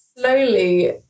slowly